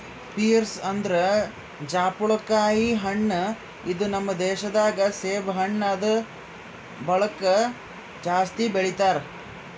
pears ಅಂದುರ್ ಜಾಪುಳಕಾಯಿ ಹಣ್ಣ ಇದು ನಮ್ ದೇಶ ದಾಗ್ ಸೇಬು ಹಣ್ಣ ಆದ್ ಬಳಕ್ ಜಾಸ್ತಿ ಬೆಳಿತಾರ್